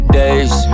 days